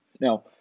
Now